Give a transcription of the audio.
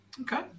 Okay